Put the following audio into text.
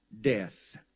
death